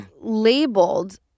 labeled